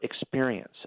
experience